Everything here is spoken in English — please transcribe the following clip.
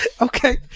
okay